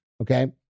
okay